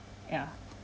yeah